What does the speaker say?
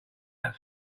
that